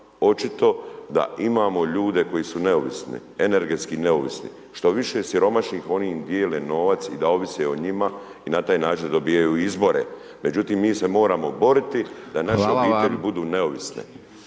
očito da imamo ljude koji su neovisni, energetski neovisni, što više siromašnih, oni im dijele novac i da ovise o njima i na taj način dobivaju izvore. Međutim, mi se moramo boriti da naše…/Upadica: Hvala